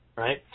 Right